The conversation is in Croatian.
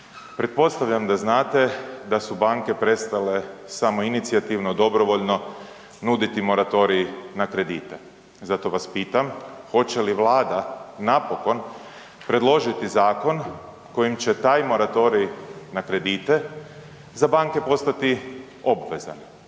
Pretpostavljam da znate da su banke prestale samoinicijativno dobrovoljno nuditi moratorij na kredite. Zato vas pitam hoće li vlada napokon predložiti zakon kojim će taj moratorij na kredite za banke postati obvezan